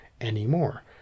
anymore